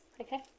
okay